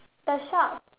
the shop